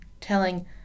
telling